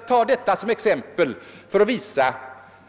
Vi tar detta exempel för att visa